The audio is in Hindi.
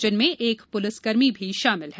जिनमें एक पुलिस कर्मी भी शामिल है